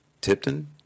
Tipton